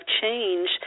change